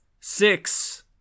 Six